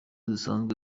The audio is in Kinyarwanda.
zisanzwe